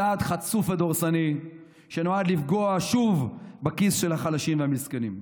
צעד חצוף ודורסני שנועד לפגוע שוב בכיס של החלשים והמסכנים.